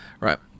Right